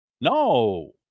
No